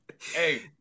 Hey